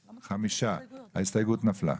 5. הצבעה לא אושר ההסתייגות נפלה.